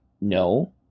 no